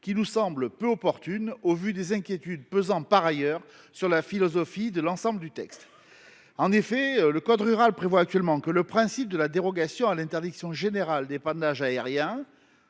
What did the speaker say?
qui semble peu opportune au vu des inquiétudes que suscite par ailleurs la philosophie d’ensemble du texte. En effet, le code rural prévoit actuellement que le principe de la dérogation à l’interdiction générale d’épandage aérien,